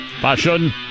Fashion